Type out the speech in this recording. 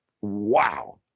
wow